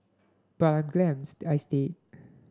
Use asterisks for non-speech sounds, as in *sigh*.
but I am glad *unintelligible* I stayed